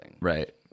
right